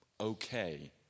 okay